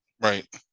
right